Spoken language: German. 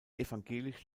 evangelisch